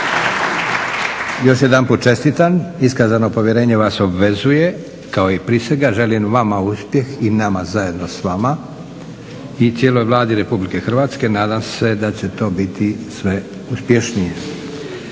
Još jedanput čestitam, iskazano povjerenje vas obvezuje kao i prisega. Želim vama uspjeh i nama zajedno s vama i cijeloj Vladi RH. Nadam se da će to biti sve uspješnije.